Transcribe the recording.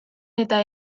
eta